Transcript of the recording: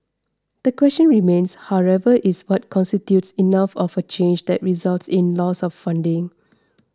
the question remains however is what constitutes enough of a change that results in loss of funding